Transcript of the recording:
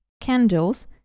candles